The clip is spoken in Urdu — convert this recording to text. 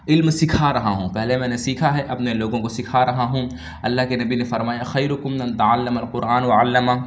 علم سکھا رہا ہوں پہلے میں نے سیکھا ہے اب میں لوگوں کو سکھا رہا ہوں اللہ کے نبی نے فرمایا خیرکم من تعلم القرآن و علمہ